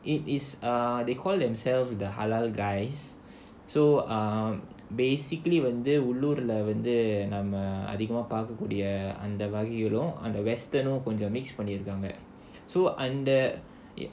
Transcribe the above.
it is err they call themselves the halal guys so I'm basically when they உள்ளூர்ல வந்து நம்ம அதிகமா பார்க்ககூடிய:ulloorla vandhu namma adhigamaa paarkkakoodiya western um கொஞ்சம்:konjam mixed பண்ணிருக்காங்க:pannirukkaanga so under